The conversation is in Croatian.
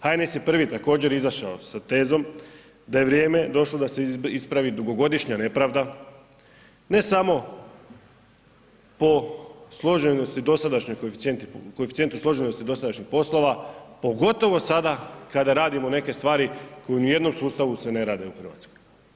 HNS je prvi također izašao sa tezom da je vrijeme došlo da se ispravi dugogodišnja nepravda, ne samo po složenosti dosadašnjoj koeficijenti, koeficijentu složenosti dosadašnjih poslova, pogotovo sada kada radimo neke stvari koje ni u jednom sustavu se ne rade u Hrvatskoj.